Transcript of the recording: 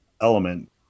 element